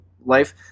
life